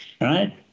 Right